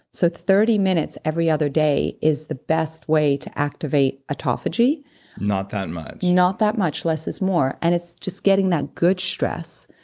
so thirty minutes every other day is the best way to activate autophagy not that much not that much. less is more. and it's just getting that good stress,